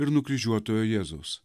ir nukryžiuotojo jėzaus